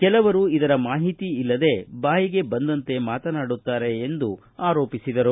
ಕೆಲವರು ಇದರ ಮಾಹಿತಿ ಇಲ್ಲದೇ ಬಾಯಿಗೆ ಬಂದಂತೆ ಮಾತನಾಡುತ್ತಾರೆ ಎಂದು ಆರೋಪಿಸಿದರು